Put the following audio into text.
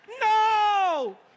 No